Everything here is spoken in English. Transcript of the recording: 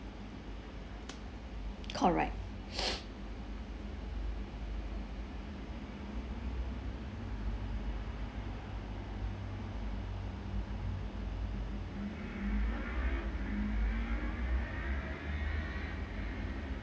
correct